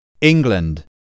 England